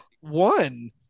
one